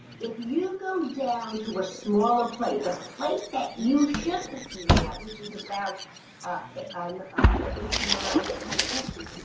if you go down to a smaller plate, the plate that you should be eating at, which is about an ah eight to nine to ten inches,